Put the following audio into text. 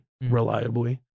reliably